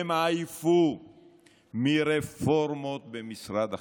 הם עייפו מרפורמות במשרד החינוך.